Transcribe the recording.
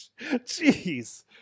Jeez